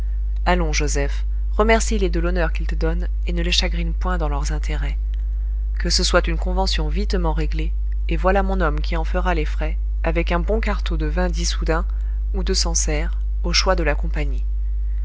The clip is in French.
allons joseph remercie les de l'honneur qu'ils te donnent et ne les chagrine point dans leurs intérêts que ce soit une convention vitement réglée et voilà mon homme qui en fera les frais avec un bon quartaut de vin d'issoudun ou de sancerre au choix de la compagnie